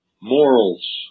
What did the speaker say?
morals